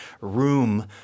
room